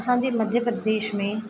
असांजे मध्य प्रदेश में